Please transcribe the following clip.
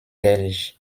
belge